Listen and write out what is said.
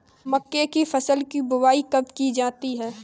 मक्के की फसल की बुआई कब की जाती है?